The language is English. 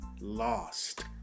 lost